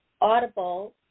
Audible